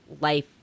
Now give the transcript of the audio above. life